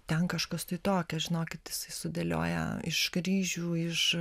ten kažkas tai tokio žinokit jisai sudėlioja iš kryžių iš